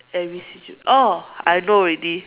every situ~ oh I know already